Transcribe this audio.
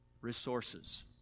resources